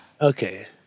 Okay